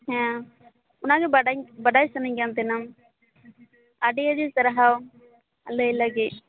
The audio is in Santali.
ᱦᱮᱸ ᱚᱱᱟᱜᱮ ᱵᱟᱰᱟᱭᱤᱧ ᱵᱟᱰᱟᱭ ᱥᱟ ᱱᱟ ᱧ ᱠᱟᱱ ᱛᱟᱦᱮᱱᱟ ᱟᱹᱰᱤ ᱟᱹᱰᱤ ᱥᱟᱨᱦᱟᱣ ᱞᱟ ᱭ ᱞᱟ ᱜᱤᱫ